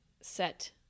set